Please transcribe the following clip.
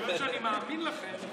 בגלל שאני מאמין לכם,